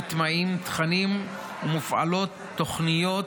מוטמעים תכנים ומופעלות תוכניות